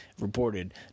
reported